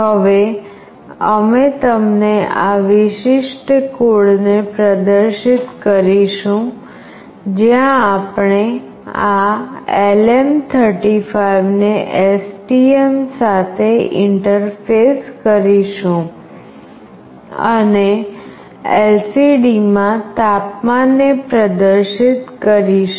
હવે અમે તમને આ વિશિષ્ટ કોડને પ્રદર્શિત કરીશું જ્યાં આપણે આ LM35 ને STM સાથે ઇન્ટરફેસ કરીશું અને LCDમાં તાપમાનને પ્રદર્શિત કરીશું